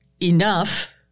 enough